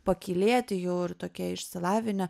pakylėti jau ir tokie išsilavinę